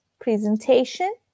presentation